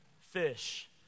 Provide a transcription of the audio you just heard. fish